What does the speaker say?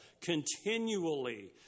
continually